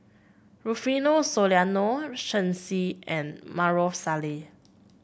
Rufino Soliano Shen Xi and Maarof Salleh